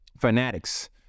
Fanatics